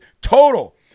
total